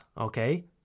okay